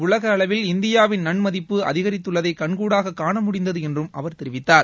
உலக அளவில் இந்தியாவின் நன்மதிப்பு அதிகரித்துள்ளதை கண்கூடாக காணமுடிந்தது என்றும் அவர் தெரிவித்தார்